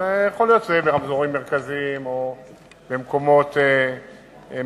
אז יכול להיות שזה יהיה ברמזורים מרכזיים או במקומות מיוחדים,